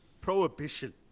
prohibition